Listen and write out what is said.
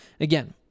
Again